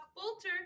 bolter